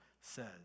says